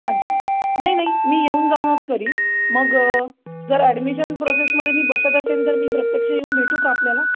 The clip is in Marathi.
अच्छा नाही नाही मी येऊन जाऊनच करेन मग जर ॲडमिशन प्रोसेसमध्ये मी बसत असेन तर मी प्रत्यक्ष येऊन भेटू का आपल्याला